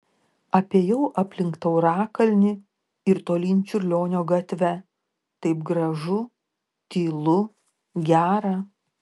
apėjau aplink taurakalnį ir tolyn čiurlionio gatve taip gražu tylu gera